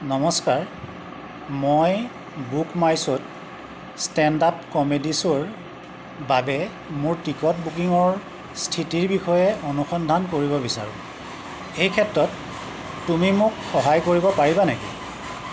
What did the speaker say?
নমস্কাৰ মই book my শ্ব'ত ষ্টেণ্ড আপ কমেডী শ্ব'ৰ বাবে মোৰ টিকট বুকিঙৰ স্থিতিৰ বিষয়ে অনুসন্ধান কৰিব বিচাৰোঁ এই ক্ষেত্ৰত তুমি মোক সহায় কৰিব পাৰিবা নেকি